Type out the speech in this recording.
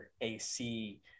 AC